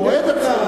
הוא אוהד הציונות.